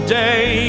day